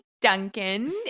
Duncan